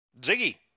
Ziggy